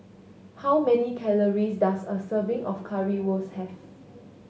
how many calories does a serving of Currywurst have